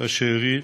השאירים